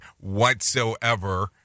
whatsoever